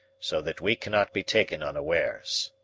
so that we cannot be taken unawares.